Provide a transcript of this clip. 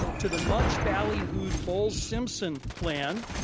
to the much bally-hooed bowles-simpson plan,